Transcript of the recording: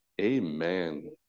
Amen